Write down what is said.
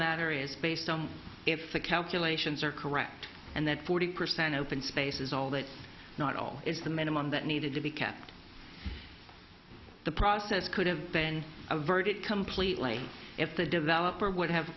matter is based on if the calculations are correct and that forty percent open space is all that's not all is the minimum that needed to be kept the process could have been averted completely if the developer would have